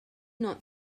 not